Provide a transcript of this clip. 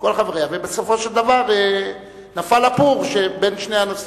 ובסופו של דבר נפל הפור בין שני הנושאים.